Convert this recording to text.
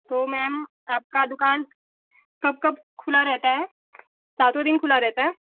तो मैम आपका दुकान कब कब खुला रहता है सातों दिन खुला रहता है